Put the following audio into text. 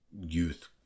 youth